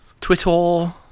Twitter